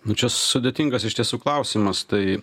nu čia sudėtingas iš tiesų klausimas tai